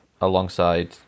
alongside